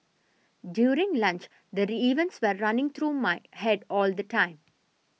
during lunch the events were running through my head all the time